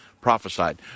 prophesied